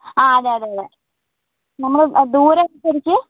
ആ അതെ അതെ അതെ നമ്മൾ ദൂരെ